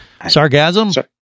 Sargasm